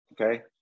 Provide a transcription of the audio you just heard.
okay